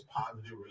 positive